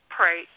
Pray